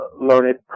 learned